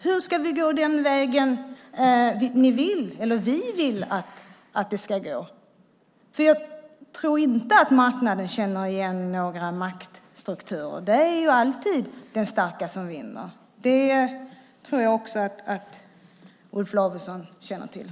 Hur ska vi gå den väg som vi vill att det ska gå? Jag tror inte att marknaden känner igen några maktstrukturer. Det är alltid den starka som vinner. Det tror jag att också Olof Lavesson känner till.